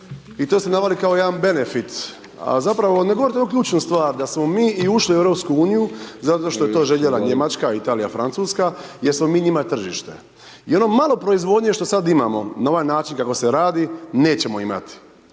i to ste naveli kao jedan benefit. A zapravo ne govorite jednu ključnu stvar, da smo mi i ušli u EU, zato što je to željela Njemačka, Italija i Francuska jer smo mi njima tržište. I ono malo proizvodnje što sada imamo, na ovaj način kako se radi, nećemo imati